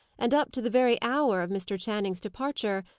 and up to the very hour of mr. channing's departure,